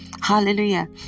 hallelujah